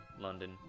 London